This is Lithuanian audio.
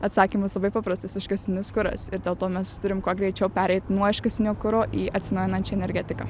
atsakymas labai paprastas iškastinis kuras ir dėl to mes turim kuo greičiau pereit nuo iškastinio kuro į atsinaujinančią energetiką